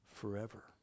forever